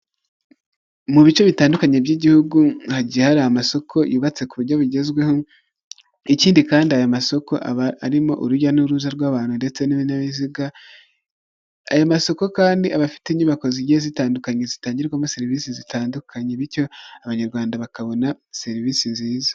Mu bice bitandukanye by'igihugu, hagiye hari amasoko yubatse ku buryo bugezweho, ikindi kandi aya masoko aba arimo urujya n'uruza rw'abantu ndetse n'ibinyabiziga, ayo masoko kandi aba afite inyubako zigiye zitandukanye zitangirwamo serivisi zitandukanye bityo abanyarwanda bakabona serivisi nziza.